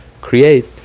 create